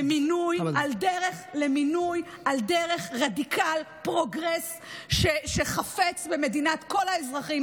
למינוי על דרך רדיקל פרוגרס שחפץ במדינת כל האזרחים